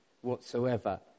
whatsoever